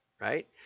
right